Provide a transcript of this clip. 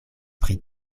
pri